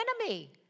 enemy